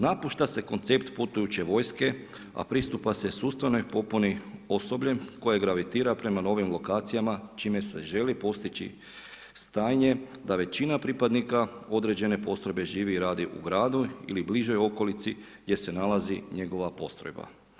Napušta se koncept putujuće vojske, a pristupa se sustavnoj popuni osobljem koje gravitira prema novim lokacijama čime se želi postići stanje da većina pripadnika određene postrojbe živi i radi u gradu ili bližoj okolici gdje se nalazi njegova postrojba.